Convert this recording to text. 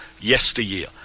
yesteryear